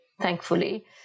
thankfully